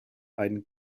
einen